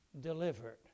delivered